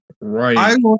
Right